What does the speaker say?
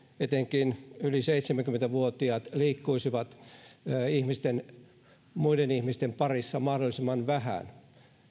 etenkin yli seitsemänkymmentä vuotiaat liikkuisivat muiden ihmisten parissa mahdollisimman vähän